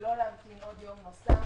ולא להמתין עוד יום נוסף.